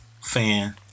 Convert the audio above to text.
fan